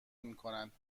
میکنند